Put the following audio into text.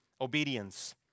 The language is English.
obedience